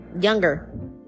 younger